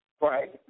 Right